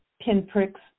pinpricks